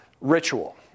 ritual